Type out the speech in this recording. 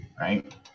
right